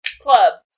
club